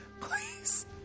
Please